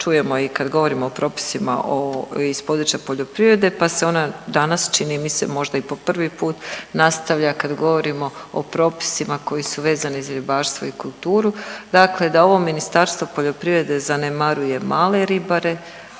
čujemo i kad govorimo o propisima o, iz područja poljoprivrede pa se ona danas, čini mi se možda i po prvi put, nastavlja kad govorimo o propisima koji su vezani za ribarstvo i kulturu, dakle da ovo Ministarstvo poljoprivrede zanemaruje male ribare,